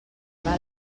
val